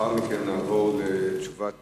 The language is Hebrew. לאחר מכן נעבור לתשובת